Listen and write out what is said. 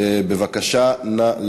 אנחנו עכשיו נעבור